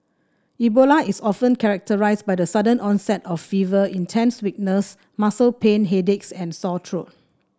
Ebola is often characterised by the sudden onset of fever intense weakness muscle pain headaches and sore true